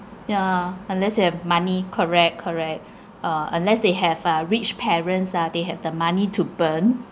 yeah unless you have money correct correct uh unless they have uh rich parents ah they have the money to burn